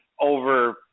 over